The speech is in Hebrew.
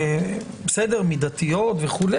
מידתיות וכו'.